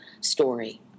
story